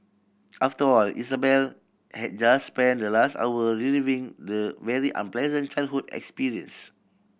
after all Isabel had just spent the last hour reliving the very unpleasant childhood experience